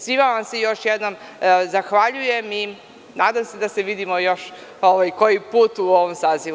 Svima vam se još jednom zahvaljujem i nadam se da se vidimo još koji put u ovom sazivu.